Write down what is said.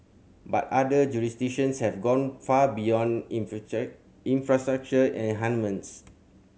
but other jurisdictions have gone far beyond infrastructure enhancements